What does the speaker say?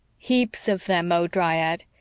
heaps of them, oh, dryad!